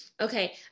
okay